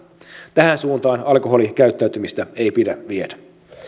tähän suuntaan alkoholikäyttäytymistä ei pidä viedä